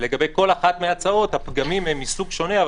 לגבי כל אחת מההצעות הפגמים הן מסוג שונה,